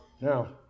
Now